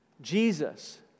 Jesus